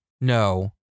no